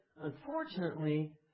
unfortunately